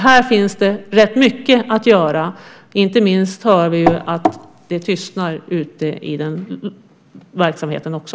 Här finns det rätt mycket att göra, inte minst hör vi att det tystnar ute i den verksamheten också.